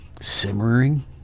simmering